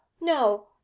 no